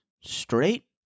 straight